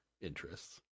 interests